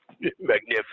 magnificent